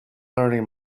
learning